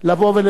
אין